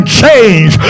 change